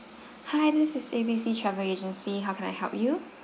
hi this is A B C travel agency how can I help you